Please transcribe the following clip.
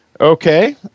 Okay